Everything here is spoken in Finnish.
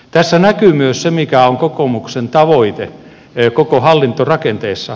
tässä näkyy myös se mikä on kokoomuksen tavoite koko hallintorakenteessa